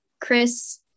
Chris